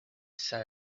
saw